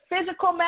physical